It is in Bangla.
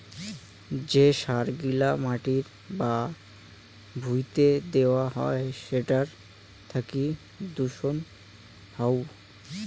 যে সার গিলা মাটি বা ভুঁইতে দেওয়া হই সেটার থাকি দূষণ হউ